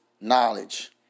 knowledge